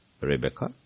Rebecca